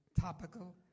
topical